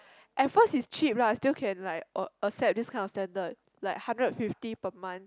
at first is cheap lah still can like accept this kind of standard like hundred fifty per month